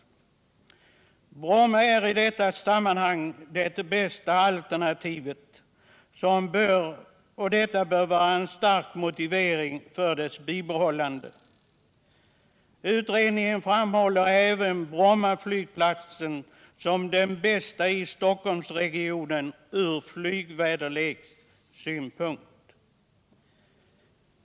nen Bromma är i detta sammanhang det bästa tänkbara alternativet, vilket bör vara en stark motivering för dess bibehållande. Utredningen framhåller även Brommaflygplatsen som den bästa i Stockholmsregionen ur flygväderlekssynpunkt.